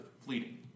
fleeting